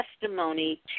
testimony